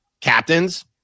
captains